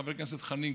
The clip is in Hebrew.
חבר הכנסת חנין,